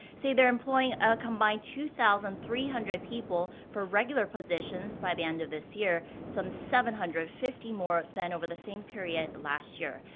say they're employing a combined two thousand three hundred people for regular positions by the end of this year. some seven hundred and fifty more than over the same period last year.